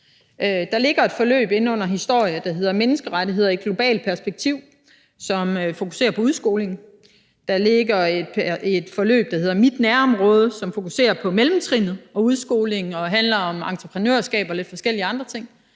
Der ligger et forløb inde under historiefaget, der hedder »Menneskerettigheder i et globalt perspektiv«, som fokuserer på udskolingen, og der ligger et forløb, der hedder »Mit nærområde«, som fokuserer på mellemtrinnet og udskolingen og handler om entreprenørskab og lidt forskellige andre ting.